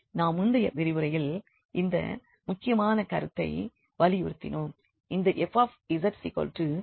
நாம் முந்தைய விரிவுரையில் இந்த முக்கியமான கருத்தை வலியுறுத்தினோம்